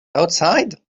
outside